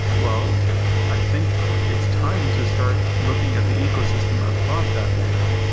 well i think it's time to start looking at the ecosystem above that layer.